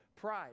Pride